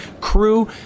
crew